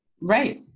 Right